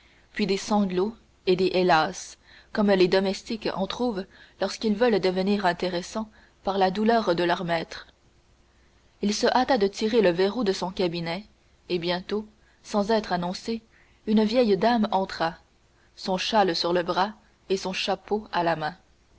puis des sanglots et des hélas comme les domestiques en trouvent lorsqu'ils veulent devenir intéressants par la douleur de leurs maîtres il se hâta de tirer le verrou de son cabinet et bientôt sans être annoncée une vieille dame entra son châle sur le bras et son chapeau à la main